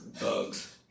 bugs